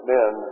men